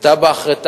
תב"ע אחרי תב"ע,